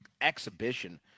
exhibition